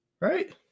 Right